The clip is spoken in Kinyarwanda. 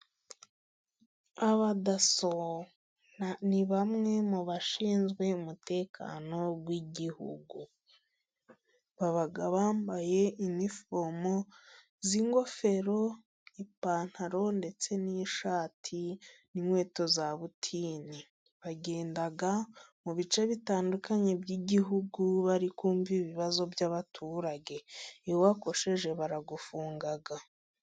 Abadaso ni bamwe mu bashinzwe umutekano w'igihugu. Baba bambaye inifomo z'ingofero，ipantaro ndetse n'ishati，n'inkweto za butini. Bagenda mu bice bitandukanye by'igihugu， bari kumva ibibazo by'abaturage，iyo wakosheje baragufunga.